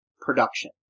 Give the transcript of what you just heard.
production